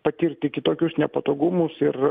patirti kitokius nepatogumus ir